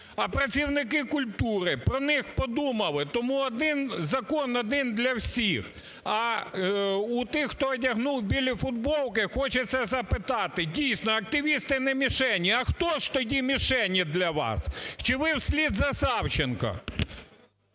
а працівники культури? Про них подумали? Тому один закон, один для всіх. А у тих, хто одягнув білі футболки, хочеться запитати. Дійсно активісти – не мішені, а хто ж тоді мішені для вас чи ви вслід за Савченко?